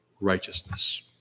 righteousness